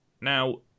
Now